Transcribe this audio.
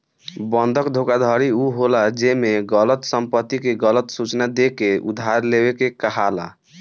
बंधक धोखाधड़ी उ होला जेमे गलत संपत्ति के गलत सूचना देके उधार लेवे के कहाला